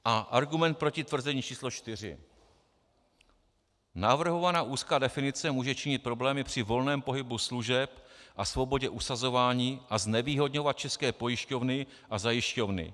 A argument proti tvrzení číslo čtyři: Navrhovaná úzká definice může činit problémy při volném pohybu služeb a svobodě usazování a znevýhodňovat české pojišťovny a zajišťovny.